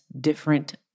different